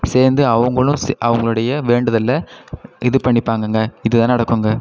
சேர்ந்து அவங்களும் சே அவங்களுடைய வேண்டுதலில் இது பண்ணிப்பாங்கங்க இது தான் நடக்குங்க